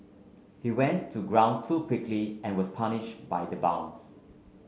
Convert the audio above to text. he went to ground too quickly and was punished by the bounce